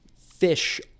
Fish